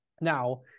Now